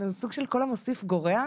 זה סוג של "כל המוסיף גורע",